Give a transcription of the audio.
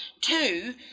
two